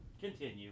Continue